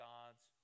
God's